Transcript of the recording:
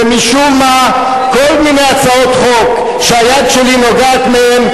ומשום מה כל מיני הצעות חוק שהיד שלי נוגעת בהן,